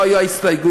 לא היו הסתייגויות.